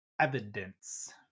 evidence